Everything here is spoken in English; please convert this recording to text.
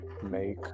Make